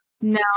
no